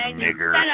nigger